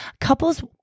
couples